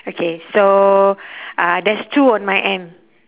okay so uh there's two on my end